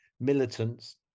militants